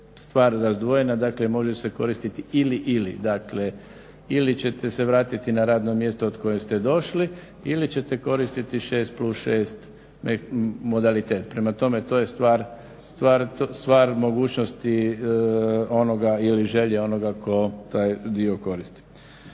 stvar razdvojena, dakle može se koristi ili-ili, dakle ili ćete se vratiti na radno mjesto s kojeg ste došli ili ćete koristiti 6+6 modalitet. Prema tome, to je stvar mogućnosti onoga ili želje onoga tko taj dio koristi.